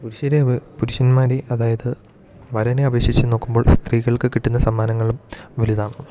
പുരുഷരെ വെ പുരുഷന്മാരിൽ അതായത് വരനെ അപേക്ഷിച്ച് നോക്കുമ്പോൾ സ്ത്രീകൾക്ക് കിട്ടുന്ന സമ്മാനങ്ങളും വലുതാണ്